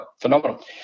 phenomenal